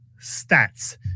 Stats